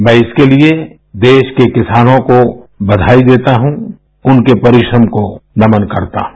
मैं इसके लिए देश के किसानों को बधाई देता हूँ उनके परिश्रम को नमन करता हूँ